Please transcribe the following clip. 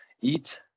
eat